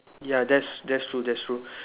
ya that's true that's true